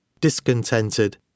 discontented